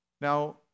Now